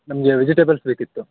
ನಮಗೆ ವೆಜಿಟೇಬಲ್ಸ್ ಬೇಕಿತ್ತು